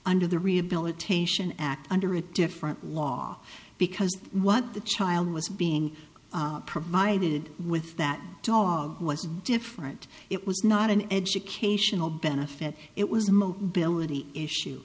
under the rehabilitation act under a different law because what the child was being provided with that dog was different it was not an educational benefit it was a mobility issue